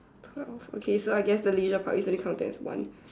twelve okay so I guess the leader part is only counted as one